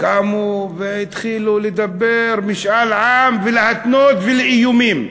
קמו והתחילו לדבר משאל עם, ולהתנות, ואיומים.